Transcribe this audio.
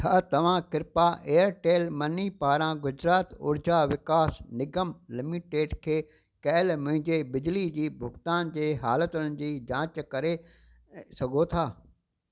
छा तव्हां कृपया एयरटेल मनी पारां गुजरात ऊर्जा विकास निगम लिमिटेड खे कयल मुंहिंजे बिजली जी भुगतान जे हालतुनि जी जांच करे सघो था